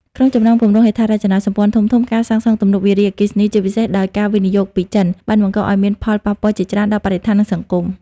ក្នុងចំណោមគម្រោងហេដ្ឋារចនាសម្ព័ន្ធធំៗ ការសាងសង់ទំនប់វារីអគ្គិសនី ជាពិសេសដោយការវិនិយោគពីចិន បានបង្កឲ្យមានផលប៉ះពាល់ជាច្រើនដល់បរិស្ថាន និងសង្គម។